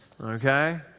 Okay